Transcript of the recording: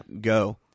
go